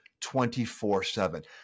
24-7